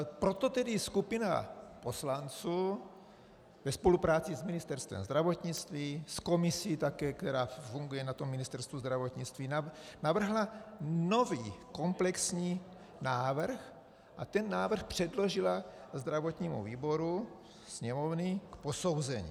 Proto tedy skupina poslanců ve spolupráci s Ministerstvem zdravotnictví, s komisí, která funguje na Ministerstvu zdravotnictví, navrhla nový komplexní návrh a ten předložila zdravotnímu výboru Sněmovny k posouzení.